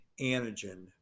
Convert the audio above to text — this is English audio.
antigen